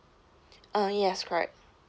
uh yes correct